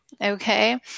okay